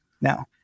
Now